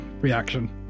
reaction